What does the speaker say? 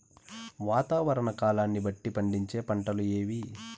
వాతావరణ కాలాన్ని బట్టి పండించే పంటలు ఏవి?